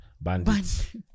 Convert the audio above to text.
Bandits